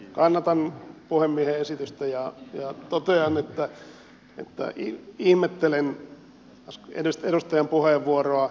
kannatan puhemiehen esitystä ja totean että ihmettelen edustajan puheenvuoroa